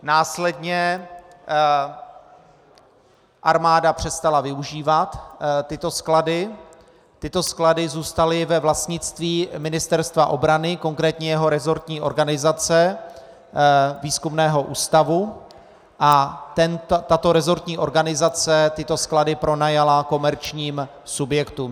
Následně armáda přestala tyto sklady využívat, sklady zůstaly ve vlastnictví Ministerstva obrany, konkrétně jeho resortní organizace výzkumného ústavu, a tato resortní organizace tyto sklady pronajala komerčním subjektům.